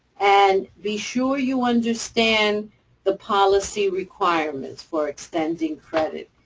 and be sure you understand the policy requirements for extending credit.